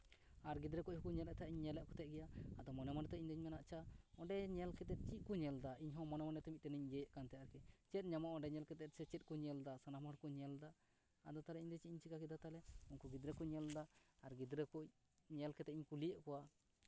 ᱟᱨ ᱜᱤᱫᱽᱨᱟᱹ ᱠᱚ ᱦᱚᱸᱠᱚ ᱧᱮᱧᱞᱮᱫ ᱛᱟᱦᱮᱸᱜ ᱤᱧ ᱧᱮᱞᱮᱫ ᱛᱟᱦᱮᱸᱜ ᱜᱮᱭᱟ ᱟᱫᱚ ᱢᱚᱱᱮ ᱢᱚᱱᱮᱛᱮ ᱤᱧᱫᱩᱧ ᱢᱮᱱᱟ ᱟᱪᱪᱷᱟ ᱚᱸᱰᱮ ᱧᱮᱞ ᱠᱟᱛᱮᱫ ᱪᱮᱫ ᱠᱚ ᱧᱮᱞ ᱫᱟ ᱤᱧ ᱦᱚᱸ ᱢᱚᱱᱮ ᱢᱚᱱᱮᱛᱮ ᱢᱤᱫᱴᱮᱱᱤᱧ ᱤᱭᱟᱹᱭᱮᱜ ᱠᱟᱱ ᱛᱟᱦᱮᱸᱫ ᱟᱨᱠᱤ ᱪᱮᱫ ᱧᱟᱢᱚᱜᱼᱟ ᱚᱸᱰᱮ ᱧᱮᱞ ᱠᱟᱛᱮᱫ ᱥᱮ ᱪᱮᱫ ᱠᱚ ᱧᱮᱞ ᱫᱟ ᱥᱟᱱᱟᱢ ᱦᱚᱲᱠᱚ ᱧᱮᱞ ᱫᱟ ᱟᱫᱚ ᱛᱟᱦᱞᱮ ᱤᱧ ᱫᱚ ᱪᱮᱫ ᱤᱧ ᱪᱮᱠᱟ ᱠᱮᱫᱟ ᱛᱟᱦᱞᱮ ᱩᱱᱠᱩ ᱜᱤᱫᱽᱨᱟᱹ ᱠᱚ ᱧᱮᱞᱫᱟ ᱟᱨ ᱜᱤᱫᱽᱨᱟᱹ ᱠᱚ ᱧᱮᱞ ᱠᱟᱛᱮᱜ ᱤᱧ ᱠᱩᱞᱤᱭᱫ ᱠᱚᱣᱟ